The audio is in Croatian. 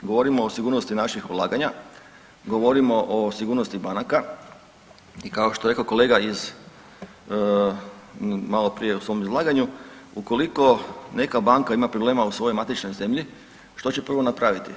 Govorimo o sigurnosti naših ulaganja, govorimo o sigurnosti banaka i kao što je rekao kolega iz maloprije u svom izlaganju, ukoliko neka banka ima problema u svojoj matičnoj zemlji, što će prvo napraviti?